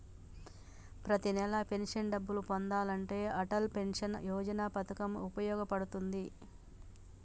ప్రతి నెలా పెన్షన్ డబ్బులు పొందాలంటే అటల్ పెన్షన్ యోజన పథకం వుపయోగ పడుతుంది